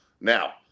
Now